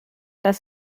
dass